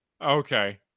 okay